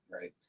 right